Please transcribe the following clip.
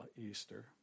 Easter